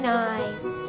nice